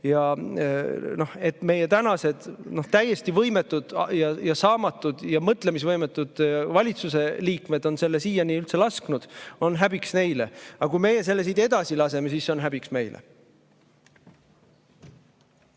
ja et meie tänased täiesti võimetud ja saamatud ja mõtlemisvõimetud valitsuse liikmed on selle siiani üldse lasknud, on häbiks neile. Aga kui meie selle siit edasi laseme, siis on see häbiks meile.